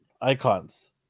Icons